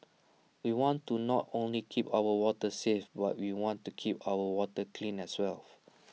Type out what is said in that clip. we want to not only keep our waters safe but we want to keep our water clean as well